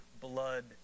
blood